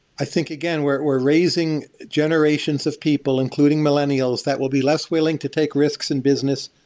i think, again, we're we're raising generations of people, including millennials, that will be less willing to take risks in business,